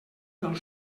del